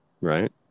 right